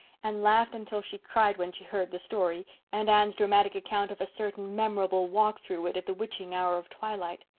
and laughed until she cried when she heard the story and anne's dramatic account of a certain memorable walk through it at the witching hour of twilight.